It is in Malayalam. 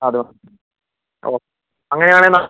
അതോ ഓ അങ്ങനെ ആണെങ്കിൽ ന